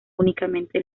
únicamente